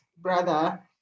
brother